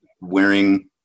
Wearing